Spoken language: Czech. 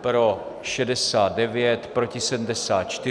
pro 69, proti 74.